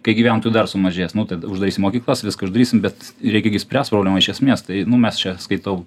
kai gyventojų dar sumažės nu tada uždarysim mokyklas viską uždarysim bet reikia gi spręst problemą iš esmės tai nu mes čia skaitau